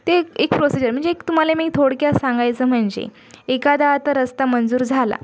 ते एक एक प्रोसीजर म्हणजे एक तुम्हाला मी थोडक्यात सांगायचं म्हणजे एखादा आता रस्ता मंजूर झाला